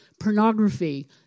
pornography